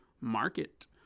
market